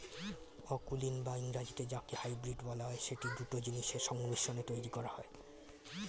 অকুলীন বা ইংরেজিতে যাকে হাইব্রিড বলা হয়, সেটি দুটো জিনিসের সংমিশ্রণে তৈরী করা হয়